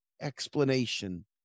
explanation